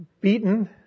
Beaten